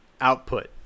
output